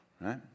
right